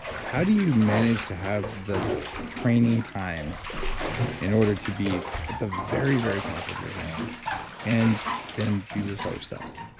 how do you manage to have the training time in order to be at the very, very top of your game and then do this other stuff?